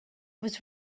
was